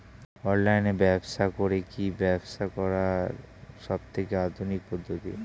Online ব্যবসা করে কি ব্যবসা করার সবথেকে আধুনিক পদ্ধতি?